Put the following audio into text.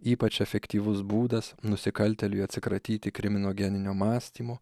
ypač efektyvus būdas nusikaltėliui atsikratyti kriminogeninio mąstymo